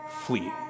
flee